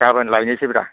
गाबोन लायनोसै ब्रा